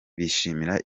bishimira